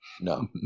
No